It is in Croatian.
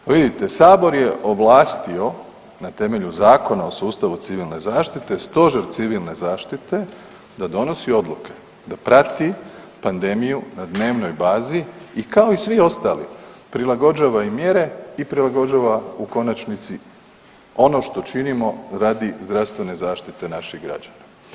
Pa vidite, sabor je ovlastio na temelju Zakona o sustavu civilne zaštite Stožer civilne zaštite da donosi odluke, da prati pandemiju na dnevnoj bazi i kao i svi ostali prilagođava i mjere i prilagođava u konačnici ono što činimo radi zdravstvene zaštite naših građana.